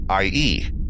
IE